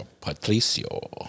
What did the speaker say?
Patricio